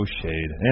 shade